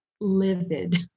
livid